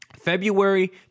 February